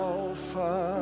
Alpha